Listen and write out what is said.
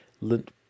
lint